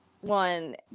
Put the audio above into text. one